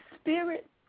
Spirit